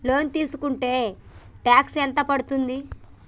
Loan తీస్కుంటే tax ఎంత పడ్తుంది?